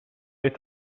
het